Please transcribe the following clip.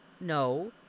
No